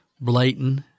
blatant